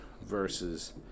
versus